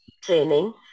training